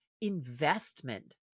investment